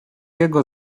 jego